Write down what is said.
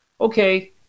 okay